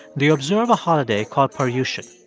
they observe a holiday called paryushan.